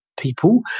people